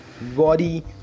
body